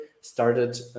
started